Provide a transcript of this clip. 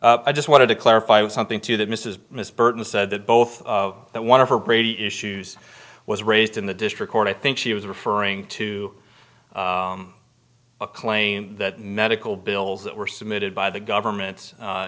i just wanted to clarify was something to that mrs miss burton said the both of that one of her brady issues was raised in the district court i think she was referring to a claim that medical bills that were submitted by the government